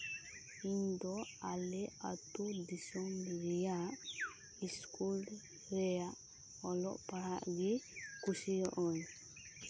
ᱤᱧ ᱫᱚ ᱟᱞᱮ ᱟᱹᱛᱩ ᱫᱤᱥᱚᱢ ᱨᱮᱭᱟᱜ ᱤᱥᱠᱩᱞ ᱨᱮᱭᱟᱜ ᱚᱞᱚᱜ ᱯᱟᱲᱦᱟᱜ ᱜᱮ ᱠᱩᱥᱤᱭᱟᱜ ᱟᱹᱧ